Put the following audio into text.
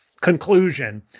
conclusion